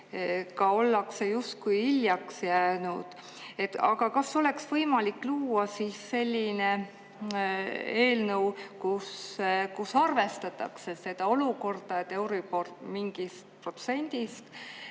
ollakse justkui hiljaks jäänud. Kas oleks võimalik luua selline eelnõu, kus arvestatakse seda olukorda, et euribor mingist protsendist,